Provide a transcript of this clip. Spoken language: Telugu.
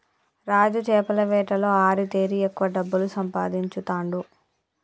రాజు చేపల వేటలో ఆరితేరి ఎక్కువ డబ్బులు సంపాదించుతాండు